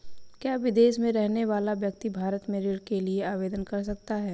क्या विदेश में रहने वाला व्यक्ति भारत में ऋण के लिए आवेदन कर सकता है?